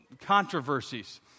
controversies